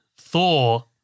Thor